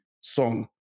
song